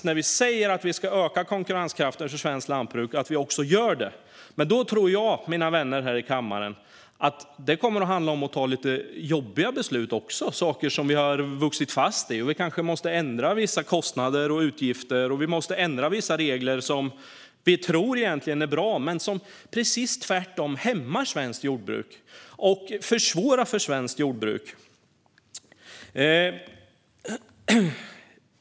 När vi säger att vi ska öka konkurrenskraften för svenskt lantbruk tycker jag alltså nu att det är dags att också göra det. Men då tror jag, mina vänner här i kammaren, att det kommer att handla om att också ta lite jobbiga beslut. Vi kan ha vuxit fast i saker, och vi kanske måste ändra vissa kostnader och utgifter och vissa regler, som vi egentligen tror är bra men som tvärtom försvårar för och hämmar svenskt jordbruk.